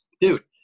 dude